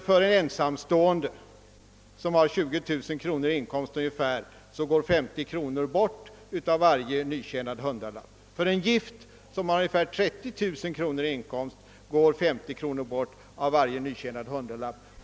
För en ensamstående med cirka 20 000 kronor i inkomst går 50 kronor av varje hundralapp bort i skatt, och för en gift person som har ungefär 30 000 kronor i inkomst går lika mycket av varje nytjänad hundralapp bort.